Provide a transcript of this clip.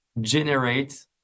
generate